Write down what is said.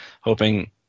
hoping